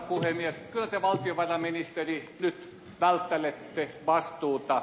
kyllä te valtiovarainministeri nyt välttelette vastuuta